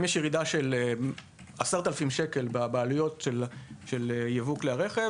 אם יש ירידה של 10,000 ש"ח בעלויות של ייבוא כלי הרכב